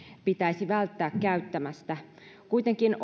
pitäisi välttää käyttämästä kuitenkin